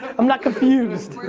i'm not confused.